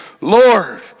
Lord